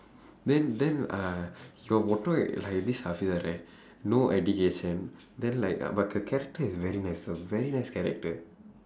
then then uh அவன் மட்டும்:avan matdum like this hafeezah right no education then like uh but her character is very nice a very nice character